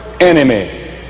enemy